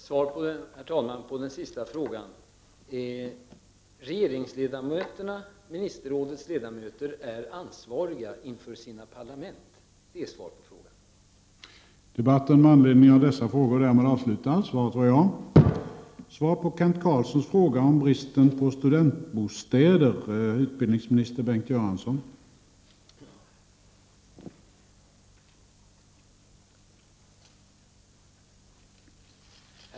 Herr talman! Regeringsledamöterna, ministerrådets ledamöter, är ansvariga inför sina parlament. Det är svaret på frågan.